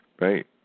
right